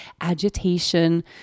agitation